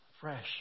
fresh